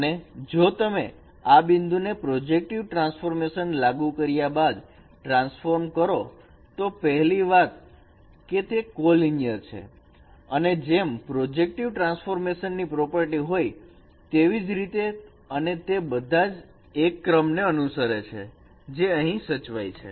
અને જો તમે આ બિંદુ ને પ્રોજેક્ટિવ ટ્રાન્સફોર્મેશન લાગુ કર્યા બાદ ટ્રાન્સફોર્મ કરો તો પહેલી વાત કે તે કો લીનીયર છે અને જેમ પ્રોજેક્ટિવ ટ્રાન્સફોર્મેશન ની પ્રોપર્ટી હોય તેવીજ રીતે અને તે બધા જ એક ક્રમ ને અનુસરશે જે અહીં સચવાય છે